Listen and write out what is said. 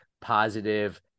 positive